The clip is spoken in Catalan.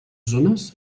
zones